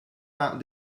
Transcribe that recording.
out